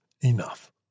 enough